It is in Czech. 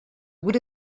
bude